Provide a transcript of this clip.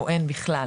או אין בכלל?